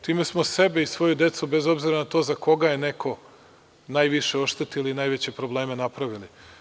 Time smo sebe i svoju decu, bez obzira na to za koga je neko, najviše oštetili i najveće probleme napravili.